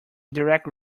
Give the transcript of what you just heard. directed